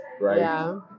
right